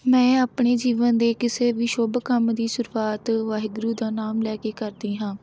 ਮੈਂ ਆਪਣੇ ਜੀਵਨ ਦੇ ਕਿਸੇ ਵੀ ਸ਼ੁੱਭ ਕੰਮ ਦੀ ਸ਼ੁਰੂਆਤ ਵਾਹਿਗੁਰੂ ਦਾ ਨਾਮ ਲੈ ਕੇ ਕਰਦੀ ਹਾਂ